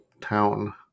town